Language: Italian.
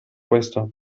questo